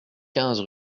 quinze